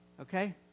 Okay